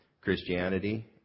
Christianity